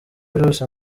byose